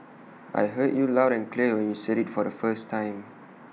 I heard you loud and clear when you said IT the first time